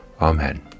Amen